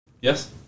yes